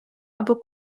або